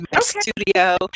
studio